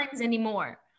anymore